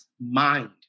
mind